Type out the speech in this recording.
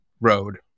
road